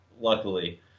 luckily